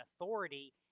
authority